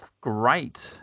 great